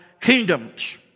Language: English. kingdoms